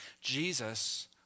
Jesus